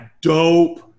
dope